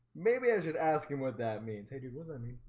maybe i should ask him what that means hey, dude was i mean